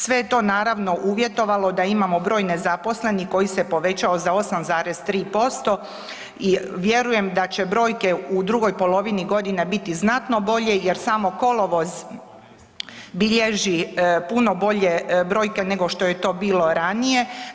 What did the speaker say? Sve je to naravno uvjetovalo da imamo broj nezaposlenih koji se povećao za 8,3% i vjerujem da će brojke u drugoj polovini godine biti znatno bolje jer samo kolovoz bilježi puno bolje brojke nego što je to bilo ranije.